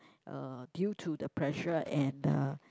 uh due to the pressure and uh